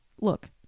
look